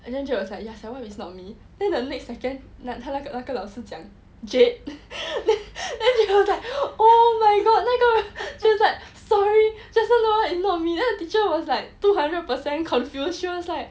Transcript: and then she was like ya sekali it's not be then the next second 他那个那个老师讲 jade then you know like oh my god so she was like sorry just now that [one] is not me then the teacher was like two hundred percent confused she was like